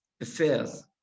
affairs